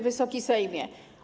Wysoki Sejmie!